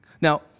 Now